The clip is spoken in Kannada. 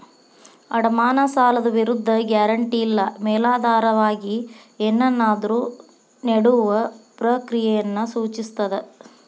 ಅಡಮಾನ ಸಾಲದ ವಿರುದ್ಧ ಗ್ಯಾರಂಟಿ ಇಲ್ಲಾ ಮೇಲಾಧಾರವಾಗಿ ಏನನ್ನಾದ್ರು ನೇಡುವ ಪ್ರಕ್ರಿಯೆಯನ್ನ ಸೂಚಿಸ್ತದ